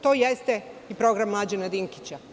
To jeste i program Mlađana Dinkića.